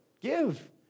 give